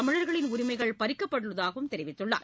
தமிழர்களின் உரிமைகள் பறிக்கப்பட்டுள்ளதாக தெரிவித்தார்